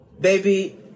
Baby